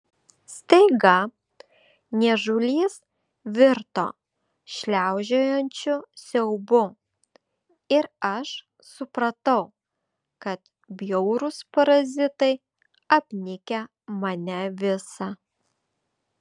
staiga niežulys virto šliaužiojančiu siaubu ir aš supratau kad bjaurūs parazitai apnikę mane visą